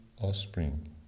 offspring